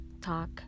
talk